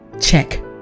Check